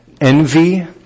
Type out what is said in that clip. envy